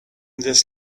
this